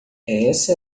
essa